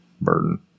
Burden